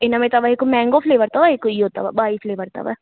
इन में अथव हिकु मैंगो फ़्लेवर अथव हिकु इहो अथव ॿई फ़्लेवर अथव